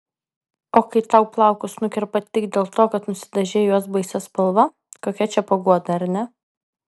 o kai tau plaukus nukerpa tik dėl to kad nusidažei juos baisia spalva kokia čia paguoda ar ne